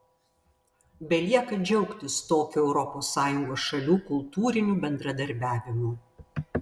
belieka džiaugtis tokiu europos sąjungos šalių kultūriniu bendradarbiavimu